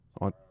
on